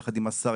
יחד עם השר,